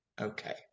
Okay